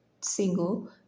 single